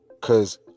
Cause